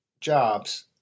jobs